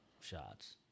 shots